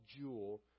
jewel